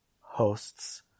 hosts